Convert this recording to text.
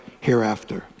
hereafter